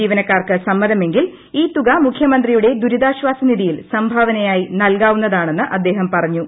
ജീവനക്കാർക്ക് സമ്മതമെങ്കിൽ ഈ തുക മുഖ്യമന്ത്രിയുടെ ദുരിതാശ്വാസനിധിയിൽ സംഭാവനയായി നൽകാവുന്നതാണെന്ന് അദ്ദേഹം പറഞ്ഞു